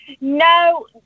no